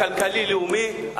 הכלכלי-הלאומי,